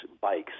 bikes